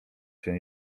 się